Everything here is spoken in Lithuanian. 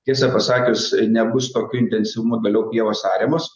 tiesą pasakius nebus tokiu intensyvumu daliau pievos ariamos